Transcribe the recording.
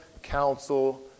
counsel